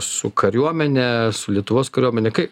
su kariuomene su lietuvos kariuomene kai